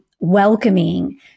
welcoming